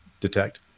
detect